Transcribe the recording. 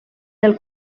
del